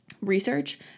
Research